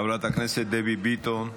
חברת הכנסת דבי ביטון.